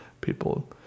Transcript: People